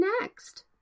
next